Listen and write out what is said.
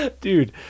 dude